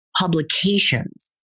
Publications